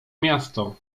miasto